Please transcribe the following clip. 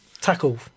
tackle